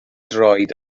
droed